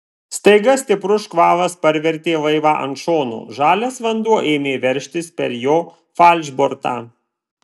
staiga stiprus škvalas parvertė laivą ant šono žalias vanduo ėmė veržtis per jo falšbortą